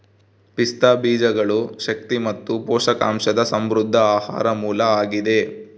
ಪಿಸ್ತಾ ಬೀಜಗಳು ಶಕ್ತಿ ಮತ್ತು ಪೋಷಕಾಂಶದ ಸಮೃದ್ಧ ಆಹಾರ ಮೂಲ ಆಗಿದೆ